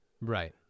Right